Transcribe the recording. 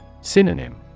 Synonym